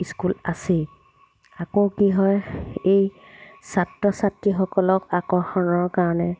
school আছেই আকৌ কি হয় এই ছাত্ৰ ছাত্ৰীসকলক আকৰ্ষণৰ কাৰণে